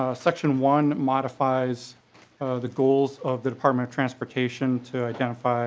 ah section one modifies the goals of the department of transportation to identify